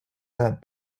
that